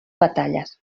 batalles